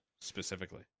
specifically